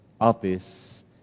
office